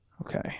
Okay